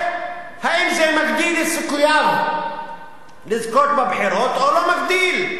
האם זה מגדיל את סיכויו לזכות בבחירות או לא מגדיל.